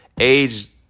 age